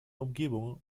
umgebung